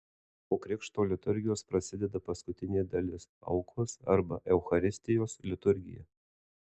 po krikšto liturgijos prasideda paskutinė dalis aukos arba eucharistijos liturgija